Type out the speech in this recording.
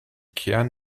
kern